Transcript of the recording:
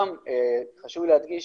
חשוב לי להדגיש,